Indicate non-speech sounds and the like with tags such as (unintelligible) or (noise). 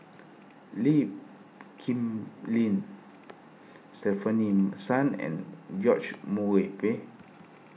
Lee Kip Lin Stefanie Sun and George Murray (unintelligible)